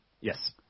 Yes